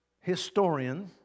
historian